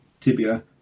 tibia